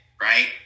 Right